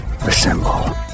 Assemble